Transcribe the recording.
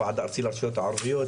יו"ר הוועד הארצי לרשויות הערביות.